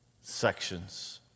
sections